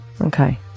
Okay